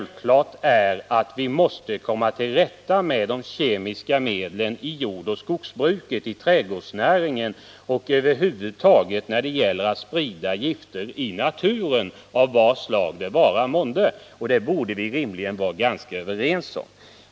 Vi måste naturligtvis komma till rätta med användningen av de kemiska medlen i jordoch skogsbruket och i trädgårdsnäringen liksom över huvud taget med giftspridningen i naturen av vad slag det vara månde. Det borde vi rimligen vara överens om.